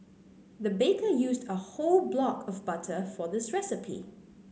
the baker used a whole block of butter for this recipe